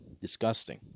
disgusting